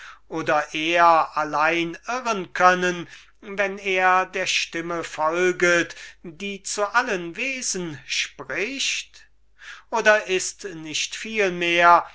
oder er allein irren können wenn er der stimme folget die zu allen wesen redet oder ist nicht